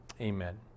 Amen